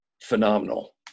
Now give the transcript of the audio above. phenomenal